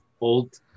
old